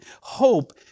Hope